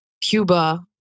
Cuba